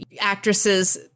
actresses